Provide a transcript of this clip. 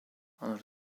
under